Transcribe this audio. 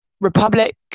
Republic